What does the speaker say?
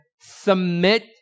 submit